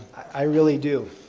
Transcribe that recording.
i really do.